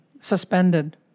suspended